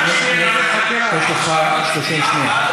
יש לך 30 שניות.